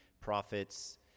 prophets